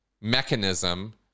mechanism